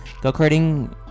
Go-karting